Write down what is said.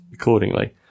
accordingly